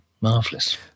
Marvelous